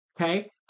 Okay